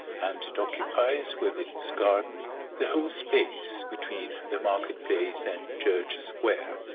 and it occupies with its garden the whole space between the market-place and church square.